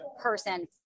person